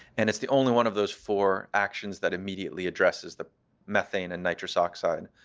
and it's the only one of those four actions that immediately addresses the methane and nitrous oxide,